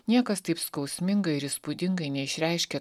niekas taip skausmingai ir įspūdingai neišreiškė